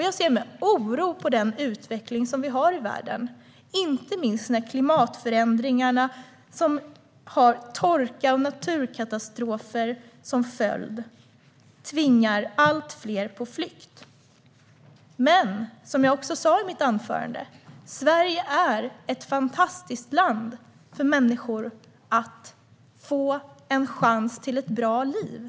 Jag ser med oro på den utveckling vi har i världen, inte minst att klimatförändringarna - som har torka och naturkatastrofer som följd - tvingar allt fler på flykt. Som jag också sa i mitt anförande är dock Sverige ett fantastiskt land där människor kan få en chans till ett bra liv.